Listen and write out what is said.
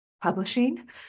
publishing